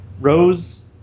Rose